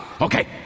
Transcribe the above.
Okay